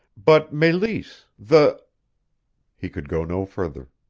but meleese the he could go no further.